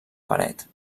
paret